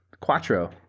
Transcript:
Quattro